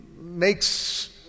makes